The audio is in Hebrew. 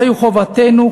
זוהי חובתנו,